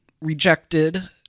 rejected